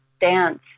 dance